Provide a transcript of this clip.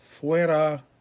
fuera